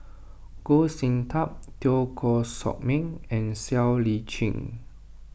Goh Sin Tub Teo Koh Sock Miang and Siow Lee Chin